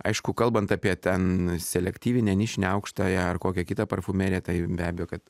aišku kalbant apie ten selektyvinę nišinę aykštąją ar kokią kitą parfumeriją tai be abejo kad